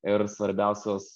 ir svarbiausios